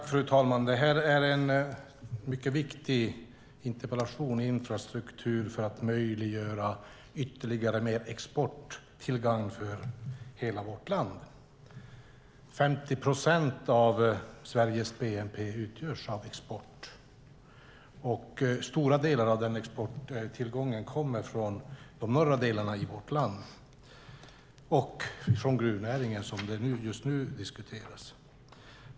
Fru talman! Detta är en mycket viktig interpellation om infrastruktur för att möjliggöra ytterligare export till gagn för hela vårt land. Det är 50 procent av Sveriges bnp som utgörs av export. Stora delar av den exporttillgången kommer från de norra delarna i vårt land och från gruvnäringen som just nu diskuteras.